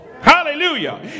hallelujah